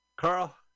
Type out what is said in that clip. Carl